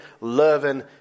loving